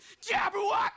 jabberwock